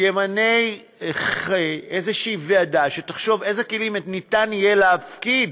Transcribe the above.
ימנה איזו ועדה שתחשוב איזה כלים ניתן יהיה להפקיד